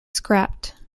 scrapped